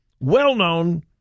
well-known